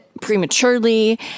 prematurely